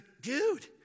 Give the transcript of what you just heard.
dude